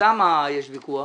למה יש ויכוח?